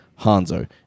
Hanzo